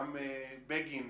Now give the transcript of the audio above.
גם בגין,